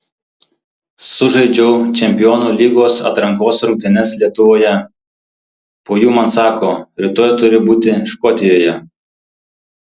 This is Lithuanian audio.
sužaidžiau čempionų lygos atrankos rungtynes lietuvoje po jų man sako rytoj turi būti škotijoje